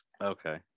Okay